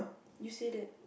you say that